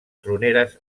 troneres